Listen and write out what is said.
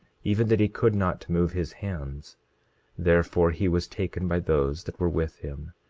even that he could not move his hands therefore he was taken by those that were with him,